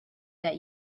that